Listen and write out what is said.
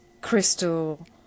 crystal